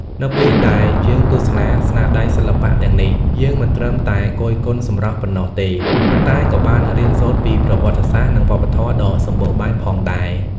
នៅពេលដែលយើងទស្សនាស្នាដៃសិល្បៈទាំងនេះ យើងមិនត្រឹមតែគយគន់សម្រស់ប៉ុណ្ណោះទេ ប៉ុន្តែក៏បានរៀនសូត្រពីប្រវត្តិសាស្ត្រ និងវប្បធម៌ដ៏សម្បូរបែបផងដែរ។